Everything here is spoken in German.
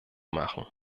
machen